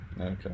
Okay